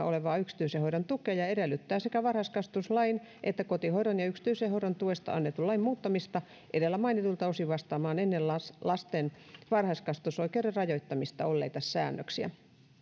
olevaa yksityisen hoidon tukea ja edellyttää sekä varhaiskasvatuslain että kotihoidon ja yksityisen hoidon tuesta annetun lain muuttamista edellä mainituilta osin vastaamaan ennen lasten lasten varhaiskasvatusoikeuden rajoittamista olleita säännöksiä